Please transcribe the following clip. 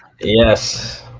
Yes